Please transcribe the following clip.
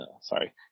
Sorry